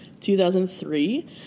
2003